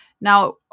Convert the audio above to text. Now